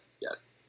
Yes